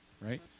right